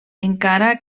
encara